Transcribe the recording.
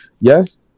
Yes